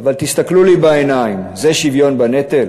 אבל תסתכלו לי בעיניים, זה שוויון בנטל?